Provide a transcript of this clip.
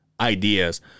ideas